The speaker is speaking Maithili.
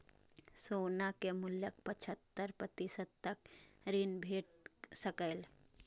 सोना के मूल्यक पचहत्तर प्रतिशत तक ऋण भेट सकैए